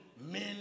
men